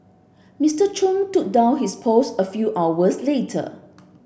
Mister Chung took down his post a few hours later